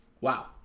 Wow